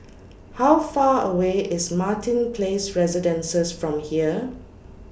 How Far away IS Martin Place Residences from here